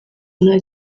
nta